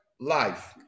life